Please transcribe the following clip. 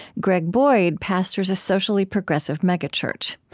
greg boyd pastors a socially progressive megachurch.